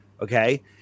Okay